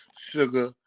sugar